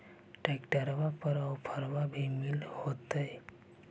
ट्रैक्टरबा पर तो ओफ्फरबा भी मिल होतै?